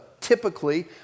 typically